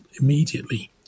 immediately